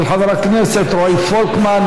של חבר הכנסת רועי פולקמן,